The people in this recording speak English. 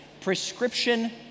prescription